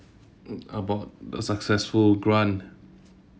about the successful grant